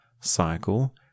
cycle